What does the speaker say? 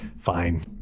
fine